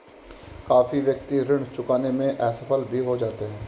काफी व्यक्ति ऋण चुकाने में असफल भी हो जाते हैं